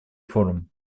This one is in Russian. форум